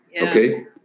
okay